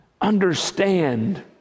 understand